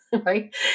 right